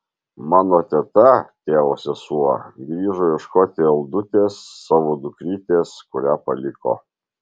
mano teta tėvo sesuo grįžo ieškoti aldutės savo dukrytės kurią paliko